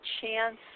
chance